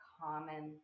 common